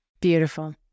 Beautiful